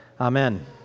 Amen